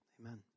Amen